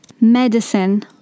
Medicine